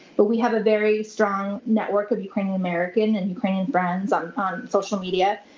but we have a very strong network of ukrainian american and ukrainian friends on on social media,